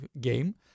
game